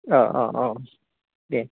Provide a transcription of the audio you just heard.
औ औ औ दे